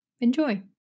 Enjoy